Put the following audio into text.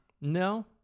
No